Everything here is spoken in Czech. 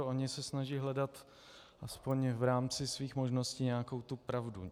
Oni se snaží hledat alespoň v rámci svých možností nějakou tu pravdu.